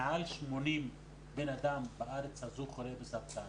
מעל 80 בני אדם בארץ הזו חולים בסרטן.